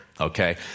Okay